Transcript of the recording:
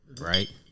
right